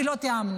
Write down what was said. כי לא תיאמנו.